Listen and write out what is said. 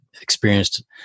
experienced